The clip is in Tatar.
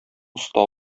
оста